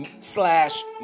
Slash